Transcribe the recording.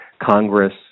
Congress